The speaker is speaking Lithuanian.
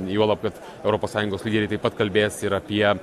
juolab kad europos sąjungos lyderiai taip pat kalbės ir apie